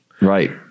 right